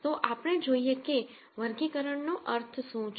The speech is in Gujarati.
તો આપણે જોઈએ કે વર્ગીકરણનો અર્થ શું છે